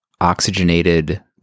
oxygenated